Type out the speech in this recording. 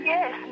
Yes